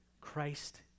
Christ